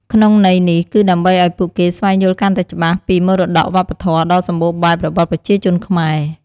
ក្នុងន័យនេះគឺដើម្បីអោយពួកគេស្វែងយល់កាន់តែច្បាស់ពីមរតកវប្បធម៌ដ៏សម្បូរបែបរបស់ប្រជាជនខ្មែរ។